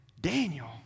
Daniel